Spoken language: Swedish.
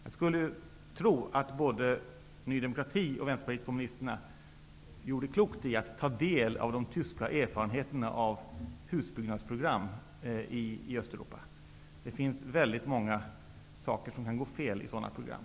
Jag skulle tro att både Ny demokrati och Vänsterpartiet gjorde klokt i att ta del av de tyska erfarenheterna av husbyggnadsprogram i Östeuropa. Det finns väldigt många saker som kan gå fel i sådana program.